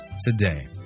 today